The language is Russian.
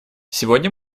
сегодня